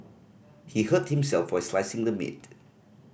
he hurt himself while slicing the meat